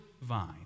vine